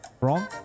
Wrong